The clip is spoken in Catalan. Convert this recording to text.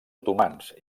otomans